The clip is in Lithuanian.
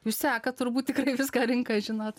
jūs sekat turbūt tikrai viską rinką žinot